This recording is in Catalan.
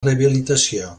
rehabilitació